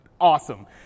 awesome